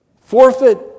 forfeit